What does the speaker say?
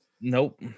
Nope